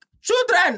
children